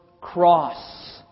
cross